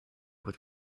would